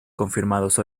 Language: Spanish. confirmados